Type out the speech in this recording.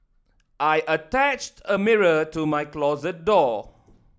I attached a mirror to my closet door